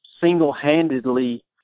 single-handedly